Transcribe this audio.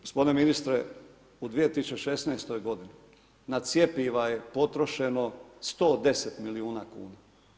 Gospodine ministre, u 2016. g. na cjepiva je potrošeno 110 milijuna kuna.